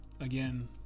again